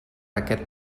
aquest